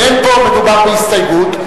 פה בהסתייגות,